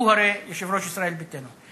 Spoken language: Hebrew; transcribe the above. הוא הורה, יושב-ראש ישראל ביתנו.